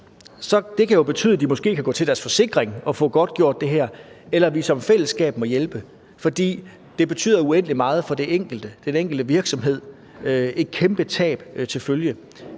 det kan jo betyde, at de måske kan gå til deres forsikring og få godtgjort det, eller at vi som fællesskab må hjælpe. For det betyder uendelig meget for den enkelte virksomhed med et kæmpe tab til følge.